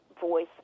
voice